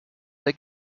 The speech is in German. der